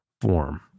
form